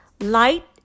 light